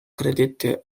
credette